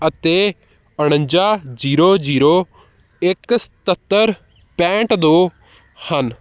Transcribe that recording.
ਅਤੇ ਉਣੱਜਾ zero zero ਇੱਕ ਸਤੱਤਰ ਪੈਂਹਠ ਦੋ ਹਨ